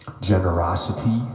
generosity